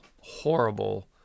horrible